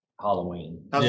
Halloween